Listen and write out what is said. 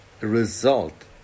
result